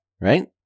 right